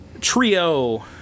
trio